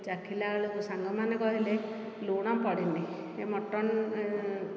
ଚାଖିଲା ବେଳକୁ ସାଙ୍ଗମାନେ କହିଲେ ଲୁଣ ପଡ଼ିନି ଏ ମଟନ